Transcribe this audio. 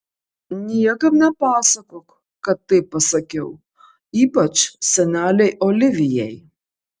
niekam nepasakok kad taip pasakiau ypač senelei olivijai